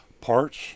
parts